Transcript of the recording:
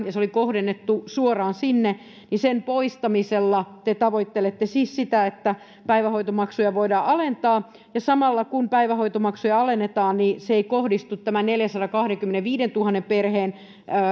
ja se oli kohdennettu suoraan sinne sen poistamisella te tavoittelette siis sitä että päivähoitomaksuja voidaan alentaa kun päivähoitomaksuja alennetaan niin se ei kohdistu koko tämän neljäänsataankahteenkymmeneenviiteentuhanteen perheen